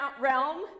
realm